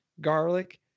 garlic